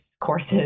courses